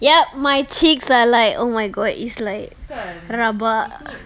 yup my cheeks are like oh my god it's like rabak